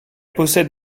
possède